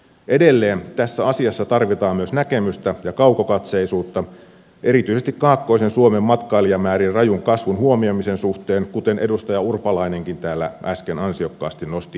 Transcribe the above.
edelleen tässä asiassa tarvitaan myös näkemystä ja kaukokatseisuutta erityisesti kaakkoisen suomen matkailijamäärien rajun kasvun huomioimisen suhteen kuten edustaja urpalainenkin täällä äsken ansiokkaasti nosti esiin